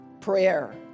prayer